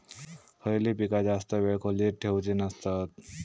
खयली पीका जास्त वेळ खोल्येत ठेवूचे नसतत?